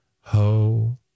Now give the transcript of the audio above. ho